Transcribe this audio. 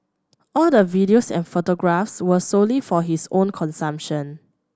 all the videos and photographs were solely for his own consumption